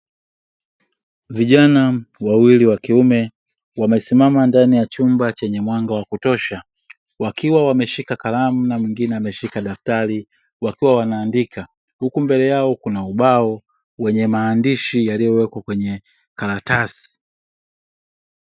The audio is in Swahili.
Vijana wawili wa kiume wamesimama ndani ya chumba chenye mwanga wa kutosha, wakiwa wameshika kalamu na mwengine ameshika daftari wakiwa wanaandika. Huku mbele yao kuna ubao wenye maandishi yaliyowekwa kwenye karatasi.